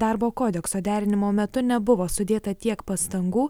darbo kodekso derinimo metu nebuvo sudėta tiek pastangų